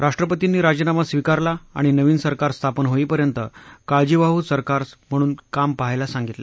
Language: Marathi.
राष्ट्रपतींनी राजीनामा स्वीकारला आणि नवीन सरकार स्थापन होईपर्यंत काळजीवाहु सरकार म्हणून काम पहायला सांगितलं